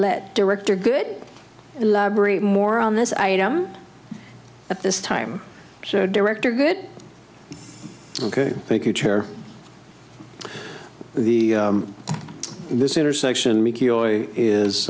let director good elaborate more on this item at this time so director good ok thank you chair the this intersection is